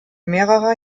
mehrerer